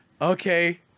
Okay